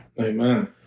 Amen